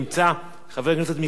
חבר הכנסת מיכאל בן-ארי,